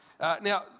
Now